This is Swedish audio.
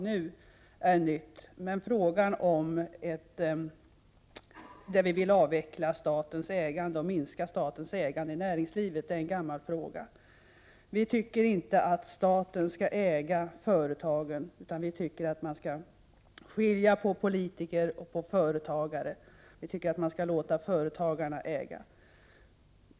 Vi i folkpartiet har sedan länge förordat att man skall avveckla och därigenom minska statens ägande i näringslivet. Vi anser inte att staten skall äga företagen. I stället skall man skilja på politiker och företagare. Det är företagarna som skall äga.